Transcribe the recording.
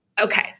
Okay